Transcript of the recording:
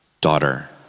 daughter